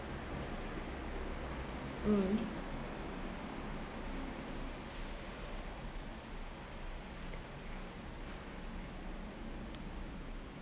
mm